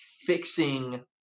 fixing